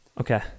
Okay